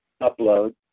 upload